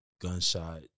gunshot